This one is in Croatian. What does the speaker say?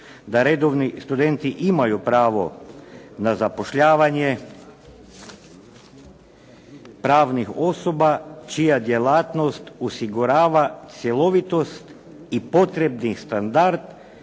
da redovni studenti imaju pravo na zapošljavanje pravnih osoba čija djelatnost osigurava cjelovitost i potrebni standard